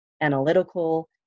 analytical